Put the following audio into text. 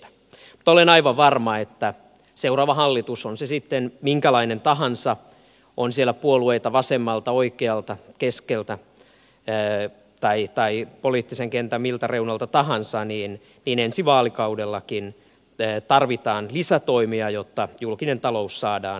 mutta olen aivan varma siitä että on seuraava hallitus sitten minkälainen tahansa on siellä puolueita vasemmalta oikealta keskeltä tai poliittisen kentän miltä reunalta tahansa ensi vaalikaudellakin tarvitaan lisätoimia jotta julkinen talous saadaan terveelle pohjalle